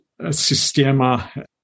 Sistema